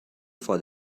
for